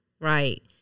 Right